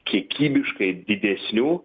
kiekybiškai didesnių